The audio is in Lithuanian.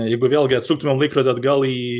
jeigu vėlgi atsuktumėm laikrodį atgal į